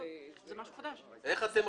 איך רציתם?